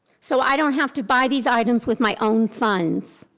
so i don't have to buy these items with my own funds.